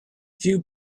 few